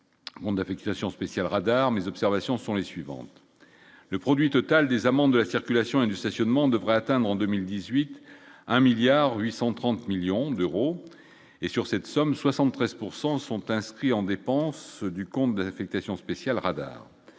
dit-on d'affectation spéciale radar mes observations sont les suivantes : le produit total des amendes de la circulation et du stationnement devrait atteindre en 2018, 1 milliard 830 millions d'euros et sur cette somme, 73 pourcent sont inscrits en dépenses du compte d'affectation spéciale radar,